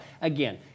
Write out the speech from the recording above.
again